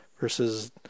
versus